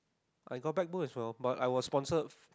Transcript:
I got backbone as well but I was sponsored